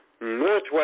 Northwest